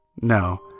No